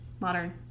modern